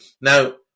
Now